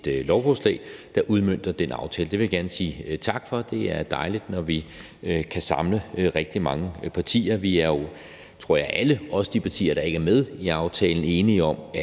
lovforslag, der udmønter den aftale. Det vil jeg gerne sige tak for. Det er dejligt, når vi kan samle rigtig mange partier. Vi er jo alle, tror jeg – også de partier, der ikke er med i aftalen – enige om, at